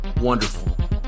Wonderful